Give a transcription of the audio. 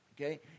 okay